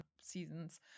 seasons